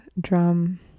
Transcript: drum